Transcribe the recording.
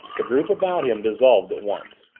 the group about him dissolved at once.